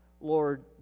Lord